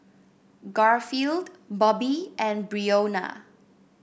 Garfield Bobbye and Breonna